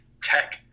tech